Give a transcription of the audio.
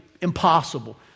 impossible